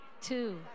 two